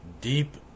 deep